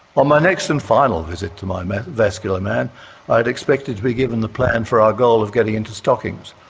on my next and final visit to my my vascular man i had expected to be given the plan for our goal of getting into stockings,